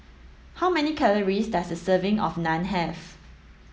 how many calories does a serving of Naan have